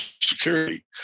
security